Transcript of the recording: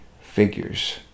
figures